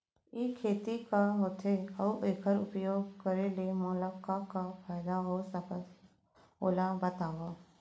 ई खेती का होथे, अऊ एखर उपयोग करे ले मोला का का फायदा हो सकत हे ओला बतावव?